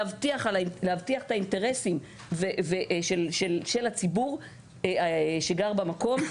להבטיח את האינטרסים של הציבור שגם במקום,